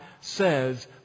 says